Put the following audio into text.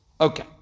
Okay